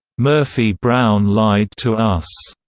murphy brown lied to us,